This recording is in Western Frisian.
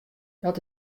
dat